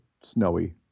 snowy